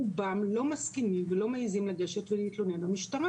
רובם לא מסכימים ולא מעיזים לגשת ולהתלונן במשטרה,